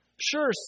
Sure